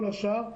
כל השאר,